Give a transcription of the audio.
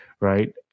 right